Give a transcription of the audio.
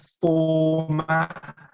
format